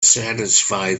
satisfy